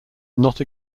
not